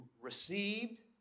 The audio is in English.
received